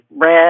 red